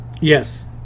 Yes